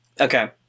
Okay